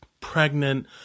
pregnant